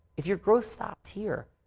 if your growth stopped here,